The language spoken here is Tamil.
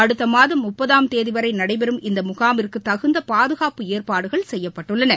அடுத்த மாதம் முப்பதாம் தேதிவரை நடைபெறும் இந்த முகாமிற்கு தகுந்த பாதுகாப்பு ஏற்பாடுகள் செய்யப்பட்டுள்ளன